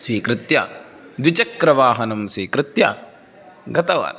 स्वीकृत्य द्विचक्रवाहनं स्वीकृत्य गतवान्